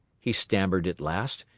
he stammered at last,